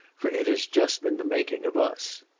for it has just been the making of us.